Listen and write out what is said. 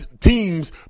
teams